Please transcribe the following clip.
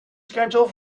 schedule